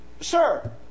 Sir